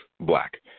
black